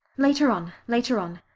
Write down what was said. later on, later on.